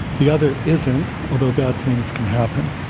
the other isn't, although bad things can happen.